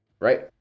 Right